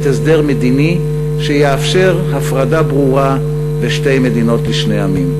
הסדר מדיני שיאפשר הפרדה ברורה ושתי מדינות לשני עמים.